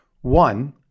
One